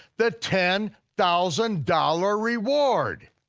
the ten thousand dollars reward!